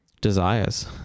desires